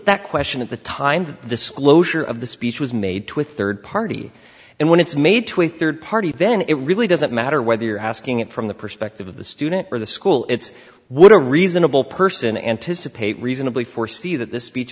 that question at the time the disclosure of the speech was made to a third party and when it's made to a third party then it really doesn't matter whether you're asking it from the perspective of the student or the school it's what a reasonable person anticipate reasonably foresee that this speech